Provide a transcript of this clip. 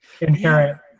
inherent